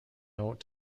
note